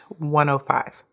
105